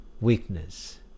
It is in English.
weakness